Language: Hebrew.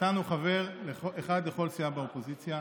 נתנו חבר אחד לכל סיעה באופוזיציה.